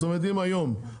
זאת אומרת אם היום הממוצע,